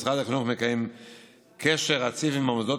משרד החינוך מקיים קשר רציף עם המוסדות